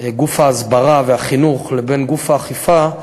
גוף ההסברה והחינוך לבין גוף האכיפה,